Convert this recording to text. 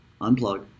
Unplug